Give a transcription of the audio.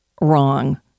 Wrong